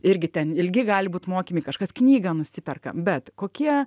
irgi ten irgi gali būt mokymai kažkas knygą nusiperka bet kokie